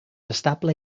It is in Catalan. estable